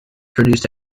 produced